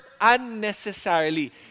unnecessarily